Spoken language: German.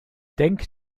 denk